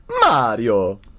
Mario